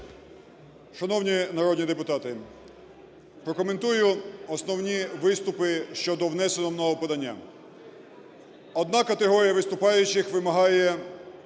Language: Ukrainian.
Шановні народні депутати! Прокоментую основні виступи щодо внесеного мною подання. Одна категорія виступаючих вимагає швидкої